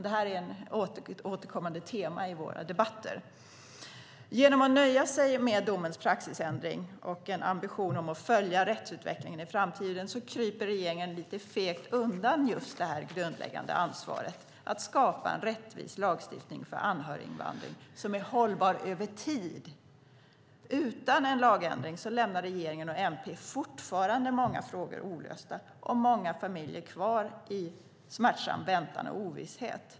Detta är ett återkommande tema i våra debatter. Genom att nöja sig med domens praxisändring och en ambition att följa rättsutvecklingen i framtiden kryper regeringen lite fegt undan det grundläggande ansvaret att skapa en rättvis lagstiftning för anhöriginvandring som är hållbar över tid. Utan en lagändring lämnar regeringen och MP fortfarande många frågor olösta och många familjer kvar i smärtsam väntan och ovisshet.